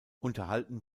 unterhalten